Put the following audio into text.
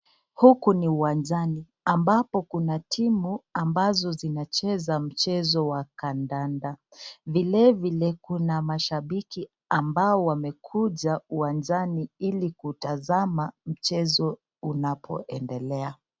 Huku ni uwanjani ambapo kuna timu ambazo zinacheza mchezo wa kadada, vilevile kuna mashambiki ambao wamekuja uwanjani ili kutazama mchezo unapoendelea.